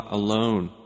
alone